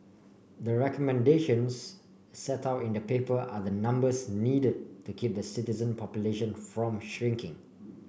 the recommendations set out in the paper are the numbers needed to keep the citizen population from shrinking